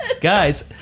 Guys